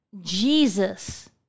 Jesus